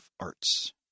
arts